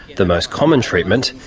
the most common treatment,